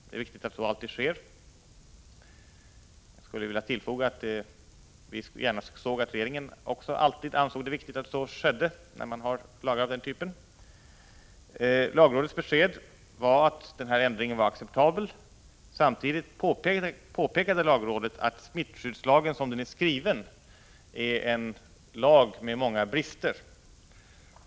Det är viktigt att så alltid sker. Jag skulle vilja tillfoga att vi gärna såg att regeringen också alltid ansåg det viktigt att så skedde när det gäller lagar av den typen. Lagrådets besked var att denna ändring var acceptabel. Samtidigt påpekade lagrådet att smittskyddslagen som den är skriven är en lag med många brister.